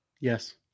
Yes